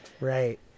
Right